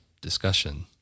discussion